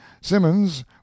simmons